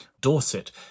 Dorset